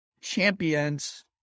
champions